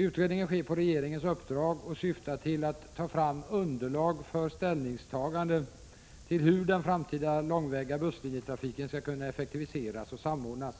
Utredningen sker på regeringens uppdrag och syftar till att ta fram underlag för ställningstagande till hur den framtida långväga busslinjetrafiken skall kunna effektiviseras och samordnas.